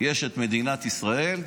יש את מדינת ישראל,